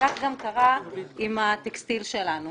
כך גם קרה עם הטקסטיל שלנו.